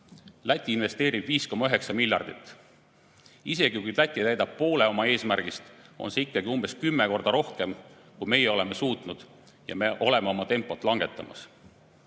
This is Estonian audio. Läti investeerib 5,9 miljardit. Isegi kui Läti täidab poole oma eesmärgist, on see ikkagi umbes kümme korda rohkem, kui meie oleme suutnud. Ja me oleme oma tempot langetanud. Kõigis